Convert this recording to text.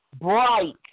Bright